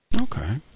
Okay